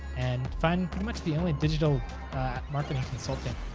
and find pretty much the only digital marketing consultant